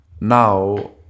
now